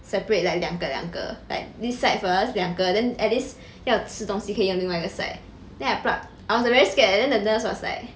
separate like 两个两个 like this side first 两个 then at least 要吃东西可以用另外一个 side then I pluck I was very scared then the nurse was like